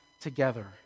together